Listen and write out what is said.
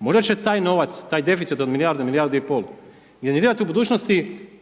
Možda će taj novac, taj deficit od milijardu milijardu i pol …/Govornik se